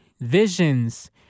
visions